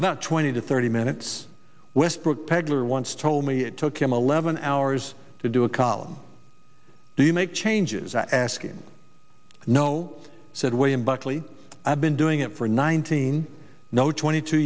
about twenty to thirty minutes westbrook pegler once told me it took him a levon hours to do a column do you make changes asking no said william buckley i've been doing it for nineteen no twenty two